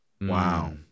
Wow